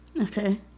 Okay